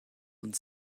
und